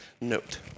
note